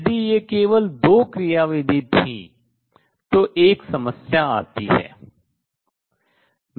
यदि ये केवल दो क्रियाविधि थी तो एक समस्या आती है